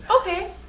Okay